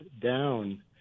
down